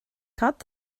cad